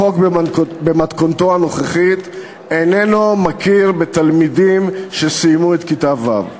החוק במתכונתו הנוכחית איננו מכיר בתלמידים שסיימו את כיתה ו'.